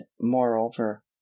moreover